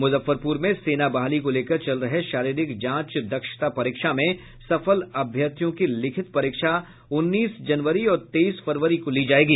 मूजफ्फरपूर में सेना बहाली को लेकर चल रहे शरीरिक जांच दक्षता परीक्षा में सफल अभ्यर्थियों की लिखित परीक्षा उन्नीस जनवरी और तेईस फरवरी को ली जायेगी